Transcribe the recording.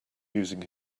using